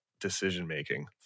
decision-making